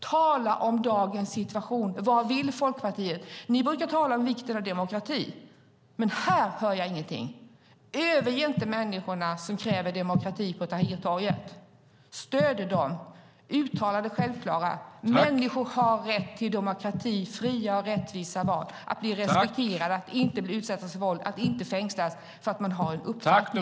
Tala om dagens situation! Vad vill Folkpartiet? Ni brukar tala om vikten av demokrati, men här hör jag ingenting. Överge inte de människor på Tahrirtorget som kräver demokrati! Stöd dem! Uttala det självklara: Människor har rätt till demokrati, fria och rättvisa val, att bli respekterade, att inte bli utsatta för våld, att inte fängslas därför att man har en uppfattning.